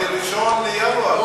ב-1 בינואר.